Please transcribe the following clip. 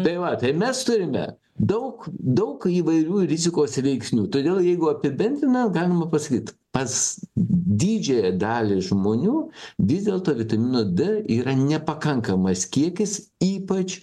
tai va tai mes turime daug daug įvairių rizikos veiksnių todėl jeigu apibendrinant galima pasakyt pas didžiąją dalį žmonių vis dėlto vitamino d yra nepakankamas kiekis ypač